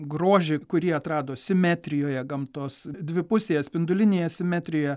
grožį kurį atrado simetrijoje gamtos dvipusėje spindulinėje simetrijoje